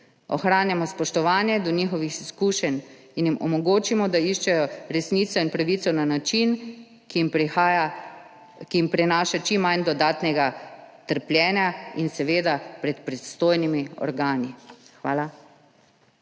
Ohranjajmo spoštovanje do njihovih izkušenj in jim omogočimo, da iščejo resnico in pravico na način, ki jim prinaša čim manj dodatnega trpljenja in seveda pred pristojnimi organi. Hvala.